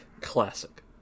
classic